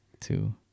two